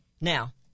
Now